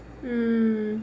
mm